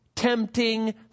tempting